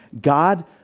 God